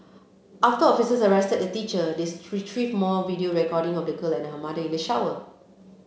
after officers arrested the teacher they more video recording of the girl and her mother in the shower